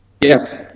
Yes